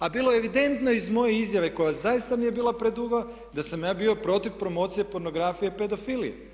A bilo je evidentno iz moje izjave koja zaista nije bila preduga da sam ja bio protiv promocije pornografije i pedofilije.